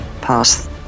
past